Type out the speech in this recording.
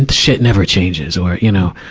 and shit never changes. or, you know,